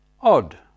Odd